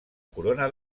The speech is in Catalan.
corona